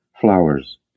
Flowers